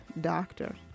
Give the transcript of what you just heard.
Doctor